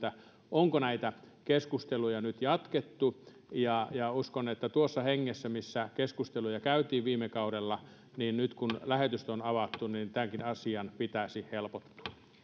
onko näitä keskusteluja nyt jatkettu uskon että kun tuossa hengessä keskusteluja käytiin viime kaudella ja nyt lähetystö on avattu niin tämänkin asian pitäisi helpottua